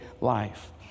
life